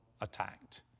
attacked